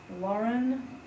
Lauren